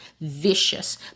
vicious